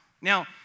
Now